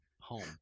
home